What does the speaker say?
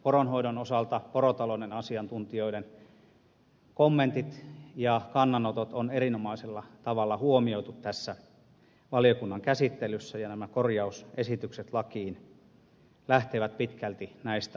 poronhoidon osalta porotalouden asiantuntijoiden kommentit ja kannanotot on erinomaisella tavalla huomioitu tässä valiokunnan käsittelyssä ja nämä korjausesitykset lakiin lähtevät pitkälti näistä asiantuntijakuulemisista